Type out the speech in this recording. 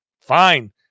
Fine